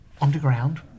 underground